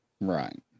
Right